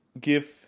Give